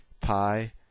pi